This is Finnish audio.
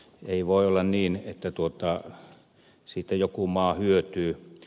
ei voi olla niin että siitä joku maa hyötyy